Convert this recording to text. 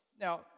Now